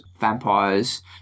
vampires